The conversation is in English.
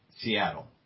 Seattle